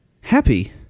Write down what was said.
Happy